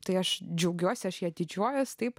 tai aš džiaugiuosi aš ja didžiuojuosi taip